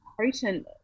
potent